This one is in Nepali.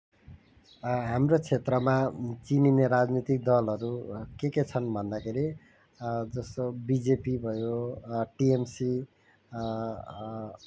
हाम्रो क्षेत्रमा चिनिने राजनितीक दलहरू के के छन् भन्दाखेरि जस्तो बिजेपी भयो टिएमसी